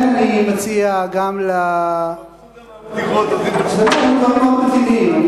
אלה דברים מאוד רציניים.